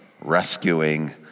rescuing